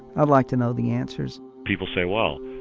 i'd like to know the answers people say well,